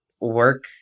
work